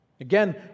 Again